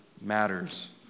matters